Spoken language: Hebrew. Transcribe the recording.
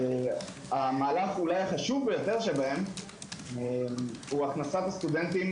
המהלך החשוב ביותר שבהם הוא הכנסת הסטודנטים